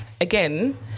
Again